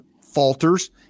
falters